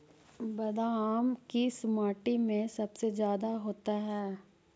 बादाम किस माटी में सबसे ज्यादा होता है?